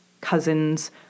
cousins